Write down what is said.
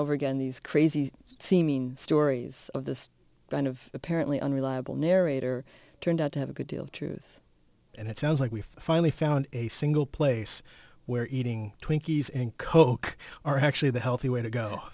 over again these crazy seeming stories of this kind of apparently unreliable narrator turned out to have a good deal of truth and it sounds like we've finally found a single place where eating twinkies and coke are actually the healthy way to go